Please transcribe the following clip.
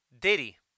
Diddy